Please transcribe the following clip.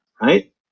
right